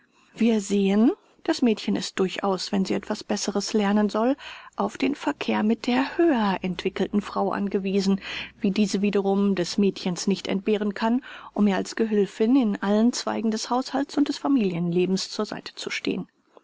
wir sehen das mädchen ist durchaus wenn sie etwas besseres lernen soll auf den verkehr mit der höher entwickelten frau angewiesen wie diese wiederum das mädchen nicht entbehren kann um ihr als gehülfin in allen zweigen des haushalts und des familienlebens zur seite zu stehen